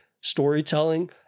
storytelling